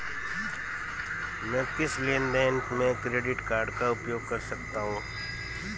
मैं किस लेनदेन में क्रेडिट कार्ड का उपयोग कर सकता हूं?